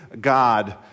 God